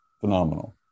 Phenomenal